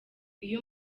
iyo